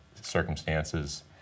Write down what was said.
circumstances